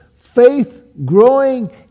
faith-growing